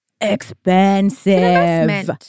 expensive